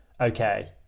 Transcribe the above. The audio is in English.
okay